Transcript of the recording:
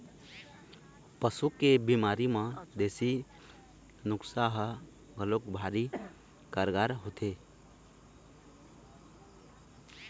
पशु के बिमारी म देसी नुक्सा ह घलोक भारी कारगार होथे